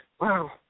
wow